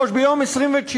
גם היום קיימת ענישה מחמירה,